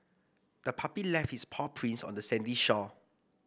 the puppy left its paw prints on the sandy shore